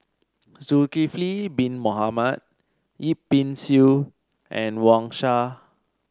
Zulkifli Bin Mohamed Yip Pin Xiu and Wang Sha